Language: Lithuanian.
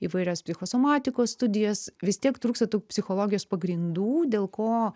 įvairias psichosomatikos studijas vis tiek trūksta tų psichologijos pagrindų dėl ko